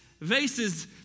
vases